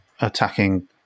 attacking